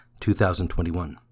2021